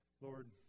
Lord